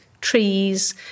trees